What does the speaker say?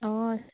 हय